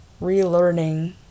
relearning